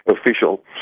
official